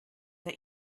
that